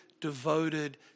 devoted